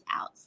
out